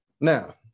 Now